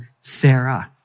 Sarah